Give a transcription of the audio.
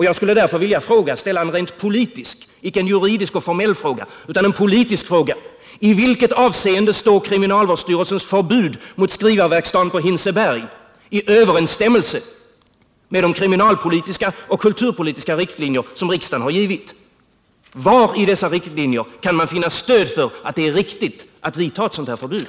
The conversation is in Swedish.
Jag skulle därför vilja ställa en rent politisk — icke en juridisk och formell — fråga: I vilket avseende står kriminalvårdsstyrelsens förbud mot skrivarverkstaden på Hinseberg i överensstämmelse med de kriminalpolitiska och kulturpolitiska riktlinjer som riksdagen har givit? Var i dessa riktlinjer kan man finna stöd för att det är riktigt att utfärda ett sådant här förbud?